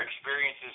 experiences